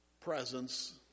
presence